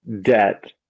debt